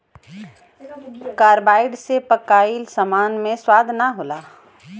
carbide से पकाइल सामान मे स्वाद ना होला